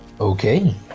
Okay